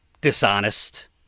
dishonest